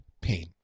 pain